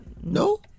No